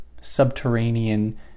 subterranean